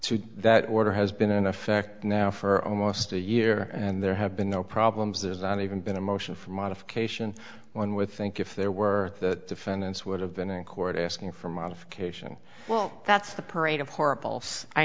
to that order has been in effect now for almost a year and there have been no problems there's not even been a motion for modification one with think if there were the defendants would have been in court asking for modification well that's the parade of horribles i